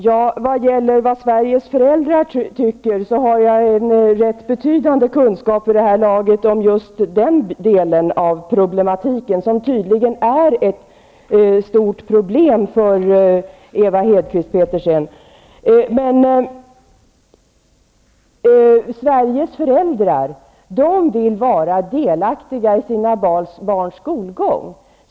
Herr talman! Jag har vid det här laget en rätt betydande kunskap om vad Sveriges föräldrar tycker, men det är tydligen ett stort problem för Ewa Hedkvist Petersen. Sveriges föräldrar vill vara delaktiga i sina barns skolgång.